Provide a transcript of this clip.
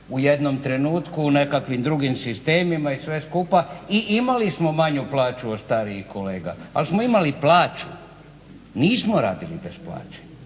u jednom trenutku u nekakvim drugim sistemima i sve skupa i imali smo manju plaću od starijih kolega, ali smo imali plaću. Nismo radili bez plaće,